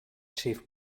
chief